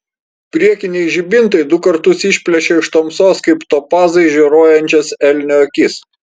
priekiniai žibintai du kartus išplėšė iš tamsos kaip topazai žioruojančias elnio akis